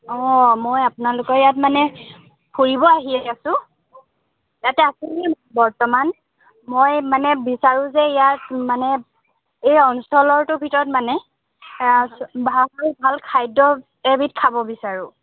অ মই আপোনাৰ ইয়াত মানে ফুৰিব আহি আছোঁ ইয়াতে আপুনি বৰ্তমান মই মানে বিচাৰোঁ যে ইয়াত মানে এই অঞ্চলৰটো ভিতৰত মানে ভাল ভাল খাদ্য এবিধ খাব বিচাৰোঁ